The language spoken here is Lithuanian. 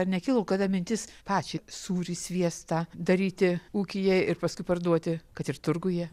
ar nekilo kada mintis pačiai sūrį sviestą daryti ūkyje ir paskui parduoti kad ir turguje